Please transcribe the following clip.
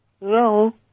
Hello